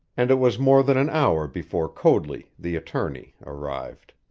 and it was more than an hour before coadley, the attorney, arrived.